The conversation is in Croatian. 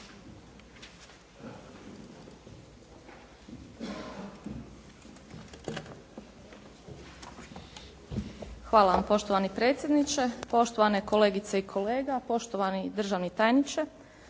Hvala vam poštovani predsjedniče. Poštovane kolegice i kolega, poštovani državni tajniče.